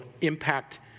impact